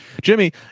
Jimmy